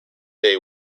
day